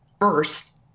first